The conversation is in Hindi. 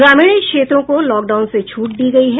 ग्रामीण क्षेत्रों को लॉकडाउन से छूट दी गयी है